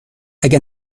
اگه